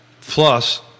plus